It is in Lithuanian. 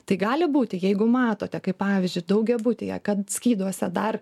tai gali būti jeigu matote kaip pavyzdžiui daugiabutyje kad skyduose dar